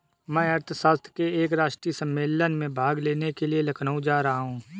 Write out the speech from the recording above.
मैं अर्थशास्त्र के एक राष्ट्रीय सम्मेलन में भाग लेने के लिए लखनऊ जा रहा हूँ